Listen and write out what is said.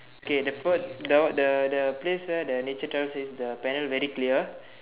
okay the first the the the place where the nature trails is the banner very clear